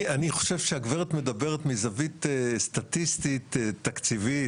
אני חושב שהגברת מדברת מזווית סטטיסטית תקציבית,